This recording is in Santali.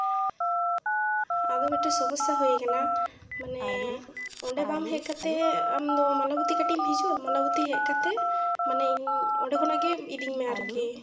ᱟᱫᱚ ᱢᱤᱫᱴᱮᱡ ᱥᱚᱢᱚᱥᱥᱟ ᱦᱩᱭᱟᱠᱟᱱᱟ ᱢᱟᱱᱮ ᱚᱸᱰᱮ ᱵᱟᱝ ᱦᱮᱡ ᱠᱟᱛᱮ ᱟᱢ ᱫᱚ ᱢᱟᱞᱟᱵᱚᱛᱤ ᱠᱟᱹᱴᱤᱡ ᱮᱢ ᱦᱤᱡᱩᱜᱼᱟ ᱢᱟᱞᱟᱵᱚᱛᱤ ᱦᱮᱡ ᱠᱟᱛᱮ ᱢᱟᱱᱮ ᱤᱧ ᱚᱸᱰᱮ ᱠᱷᱚᱱᱟᱜ ᱜᱮ ᱤᱫᱤᱧ ᱢᱮ ᱟᱨᱠᱤ